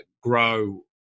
grow